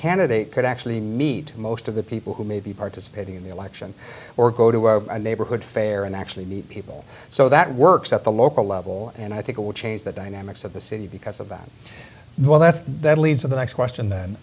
candidate could actually meet most of the people who may be participating in the election or go to a neighborhood fair and actually meet people so that works at the local level and i think it will change the dynamics of the city because of that well that's that leads to the next question